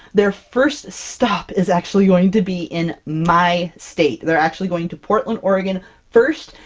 their first stop is actually going to be in my state! they're actually going to portland, oregon first,